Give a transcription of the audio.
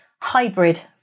hybrid